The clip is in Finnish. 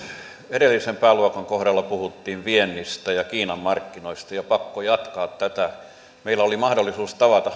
edellisen pääluokan kohdalla puhuttiin viennistä ja kiinan markkinoista ja on pakko jatkaa tätä meillä oli mahdollisuus tavata